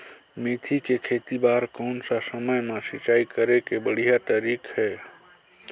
मेथी के खेती बार कोन सा समय मां सिंचाई करे के बढ़िया तारीक हे?